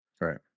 Right